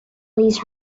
these